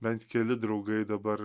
bent keli draugai dabar